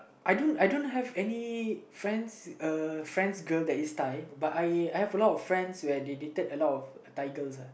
I don't I don't have any friends uh friends girl that is Thai but I have a lot of friend when they dated a lot of Thai girls lah